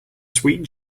sweet